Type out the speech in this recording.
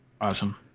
Awesome